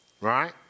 Right